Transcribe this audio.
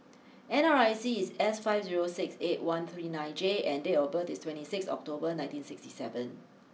N R I C is S five zero six eight one three nine J and date of birth is twenty six October nineteen sixty seven